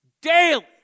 daily